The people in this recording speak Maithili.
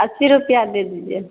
अस्सी रूपैआ दे दीजिए